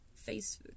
Facebook